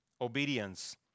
obedience